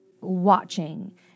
watching